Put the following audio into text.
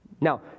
Now